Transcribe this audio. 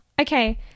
Okay